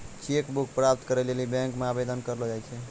cheque book प्राप्त करै लेली बैंक मे आवेदन करलो जाय छै